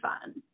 fun